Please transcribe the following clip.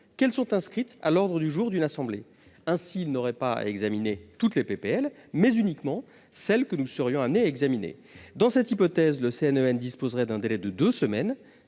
que celles-ci sont inscrites à l'ordre du jour d'une assemblée. Ainsi n'aurait-il pas à examiner toutes les propositions de loi, mais uniquement celles dont nous serions amenés à discuter. Dans cette hypothèse, le CNEN disposerait d'un délai de deux semaines